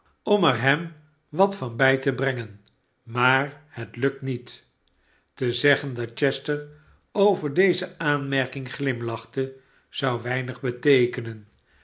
er hem wat van bij te brengen maar het lukt niet te zeggen dat chester over deze aanmerking glimlachte zou weimg beteekenen